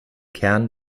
kern